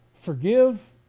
Forgive